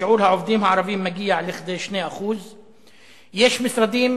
שיעור העובדים הערבים מגיע לכדי 2%. יש משרדים